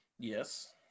Yes